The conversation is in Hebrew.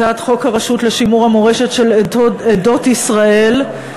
הצעת חוק הרשות לשימור המורשת של עדות ישראל,